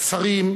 השרים,